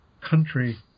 country